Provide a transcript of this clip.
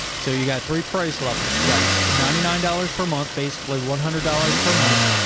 so you got three price levels. you got ninety nine dollars per month. basically one hundred dollars per month,